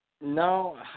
no